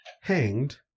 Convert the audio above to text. hanged